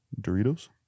Doritos